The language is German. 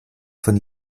von